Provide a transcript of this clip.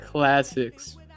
Classics